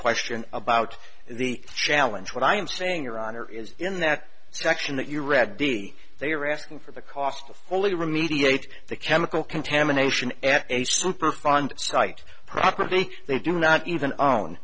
question about the challenge what i am saying your honor is in that section that you read d c they are asking for the cost of only remediate the chemical contamination a superfund site property they do not even own